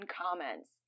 comments